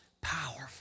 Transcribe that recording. powerful